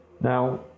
Now